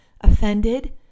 offended